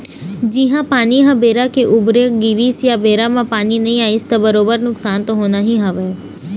जिहाँ पानी ह बेरा के उबेरा गिरिस या बेरा म पानी नइ आइस त बरोबर नुकसान तो होना ही हवय